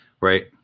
right